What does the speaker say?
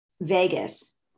Vegas